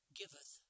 giveth